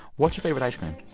what's your favorite ice cream?